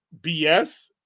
BS